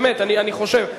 באמת, אני חושב.